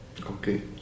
Okay